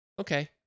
okay